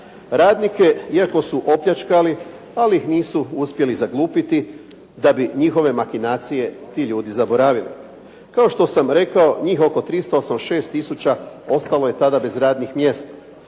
Radnike iako su opljačkali ali ih nisu uspjeli zaglupiti da bi njihove makinacije ti ljudi zaboravili. Kao što sam rekao njih oko 386 tisuća ostalo je tada bez radnih mjesta.